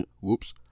Whoops